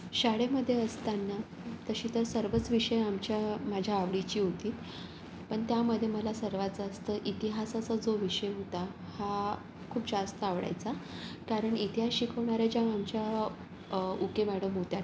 शाळेमध्ये असताना तसे तर सर्वच विषय आमच्या माझ्या आवडीचे होते पण त्यामध्ये मला सर्वात जास्त इतिहासाचा जो विषय होता हा खूप जास्त आवडायचा कारण इतिहास शिकवणाऱ्या ज्या आमच्या उके मॅडम होत्या